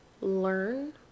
learn